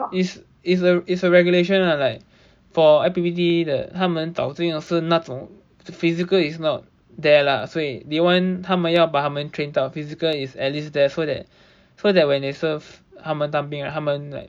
is is a is a regulation lah like for I_P_P_T 的他们早进的是那种 physical is not there lah 所以 they want 他们要把他们 train 到 physical is at least there so that so that when they serve 他们当兵他们 like